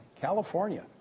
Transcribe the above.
California